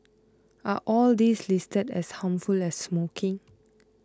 are all these listed as harmful as smoking